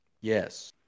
Yes